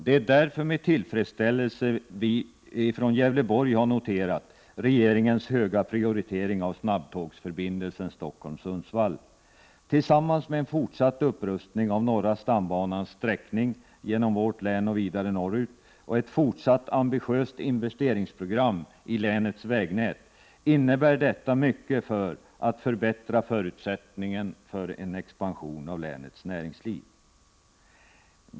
Det är därför med tillfredsställelse vi från Gävleborg har noterat regeringens höga = prioritering av <snabbtågsförbindelsen Stockholm—Sundsvall. Tillsammans med en fortsatt upprustning av norra stambanans sträckning genom vårt län och vidare norrut och ett fortsatt ambitiöst investeringsprogram i länets vägnät, innebär detta mycket för att förbättra förutsättningarna för en expansion av länets näringsliv.